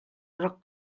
rak